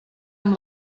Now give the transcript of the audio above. amb